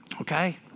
Okay